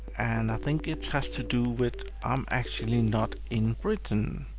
and i think it has to do with, i'm actually not in britain.